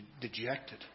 dejected